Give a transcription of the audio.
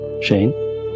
Shane